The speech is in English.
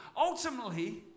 ultimately